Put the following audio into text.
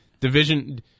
division